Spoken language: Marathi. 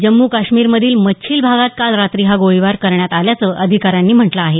जम्मू काश्मीरमधील मच्छील भागात काल रात्री हा गोळीबार करण्यात आल्याचं अधिकाऱ्यांनी म्हटलं आहे